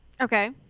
Okay